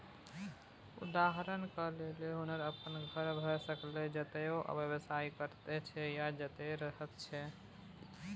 उदहारणक लेल हुनकर अपन घर भए सकैए जतय ओ व्यवसाय करैत छै या जतय रहय छै